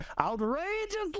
outrageously